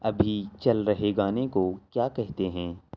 ابھی چل رہے گانے کو کیا کہتے ہیں